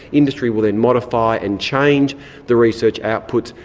industry will then modify and change the research outputs,